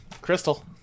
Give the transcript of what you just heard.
Crystal